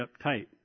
uptight